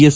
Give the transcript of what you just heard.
S